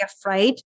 afraid